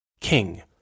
king